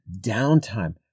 downtime